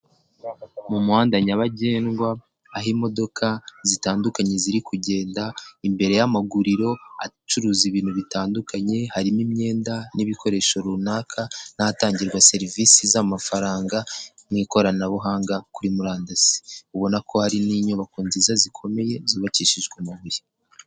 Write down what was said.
Mu muhanda nyabagendwa aho imodoka zitandukanye ziri kugenda, imbere y'amaguriro acuruza ibintu bitandukanye, harimo imyenda n'ibikoresho runaka n'ahatangirwa serivisi z'amafaranga n'ikoranabuhanga kuri murandasi, ubona ko hari n'inyubako nziza zikomeye zubakishijwe amabuye.